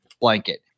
blanket